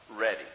ready